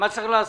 מה צריך לעשות?